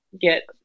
get